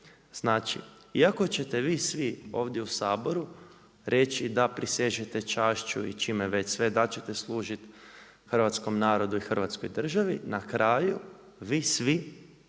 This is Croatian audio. Znači iako ćete vi svi ovdje u Saboru reći da prisežete čašću i čime već sve, da ćete služiti hrvatskom narodu i Hrvatskoj državi, na kraju vi svi